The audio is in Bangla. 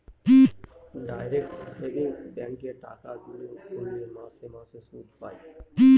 ডাইরেক্ট সেভিংস ব্যাঙ্কে টাকা বিনিয়োগ করলে মাসে মাসে সুদ পায়